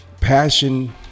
passion